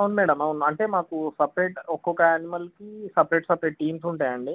అవును మేడం అవును అంటే మాకు సపరేట్ ఒక్కొక్క ఆనిమల్కి సపరేట్ సపరేట్ టీమ్స్ ఉంటాయండి